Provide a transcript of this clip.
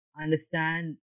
understand